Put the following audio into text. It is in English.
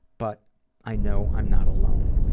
but i know i'm not alone.